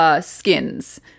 Skins